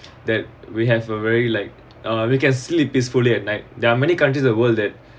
that we have a very like uh you can sleep peacefully at night there are many countries the world that